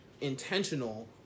intentional